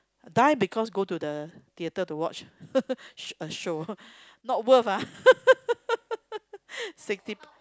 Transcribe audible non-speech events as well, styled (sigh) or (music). die because go to the theater to watch (laughs) a show not worth ah (laughs) sixty